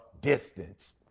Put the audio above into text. distance